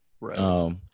Right